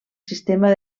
sistema